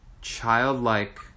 childlike